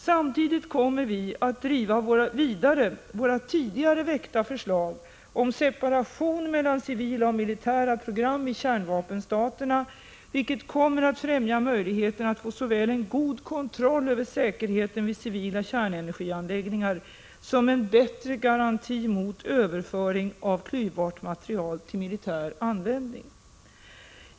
Samtidigt kommer vi att driva vidare våra tidigare väckta förslag om separation mellan civila och militära program i kärnvapenstaterna, vilket kommer att främja möjligheterna att få såväl en god kontroll över säkerheten vid civila kärnenergianläggningar som en bättre garanti mot överföring av klyvbart material till militär användning.